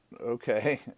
Okay